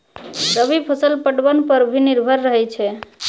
रवि फसल पटबन पर भी निर्भर रहै छै